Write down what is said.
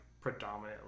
predominantly